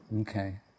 Okay